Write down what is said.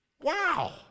Wow